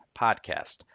Podcast